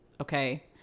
okay